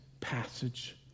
passage